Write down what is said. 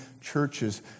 churches